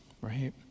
right